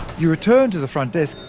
you return to the front desk,